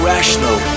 Rational